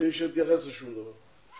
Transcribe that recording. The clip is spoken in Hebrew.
ואי אפשר להתייחס לשום דבר.